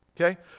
okay